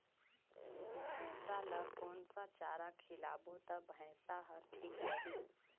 भैसा ला कोन सा चारा खिलाबो ता भैंसा हर ठीक रही?